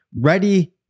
ready